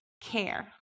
care